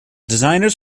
designers